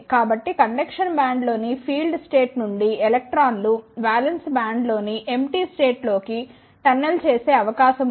కాబట్టి కండక్షన్ బ్యాండ్లోని filled state నుండి ఎలక్ట్రాన్లు వాలెన్స్ బ్యాండ్లోని ఎమ్టీ స్టేట్ లోకి టన్నెల్ చేసే అవకాశం ఉంది